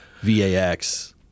V-A-X